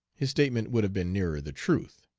his statement would have been nearer the truth.